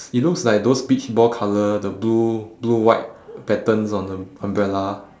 it looks like those beach ball colour the blue blue white patterns on the umbrella